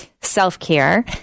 self-care